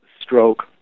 stroke